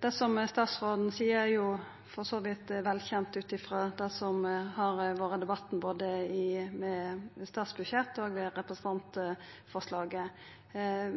Det som statsråden seier, er for så vidt velkjent ut ifrå debatten både ved behandlinga av statsbudsjett og ved behandlinga av representantforslaget.